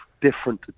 different